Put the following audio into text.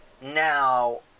Now